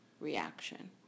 reaction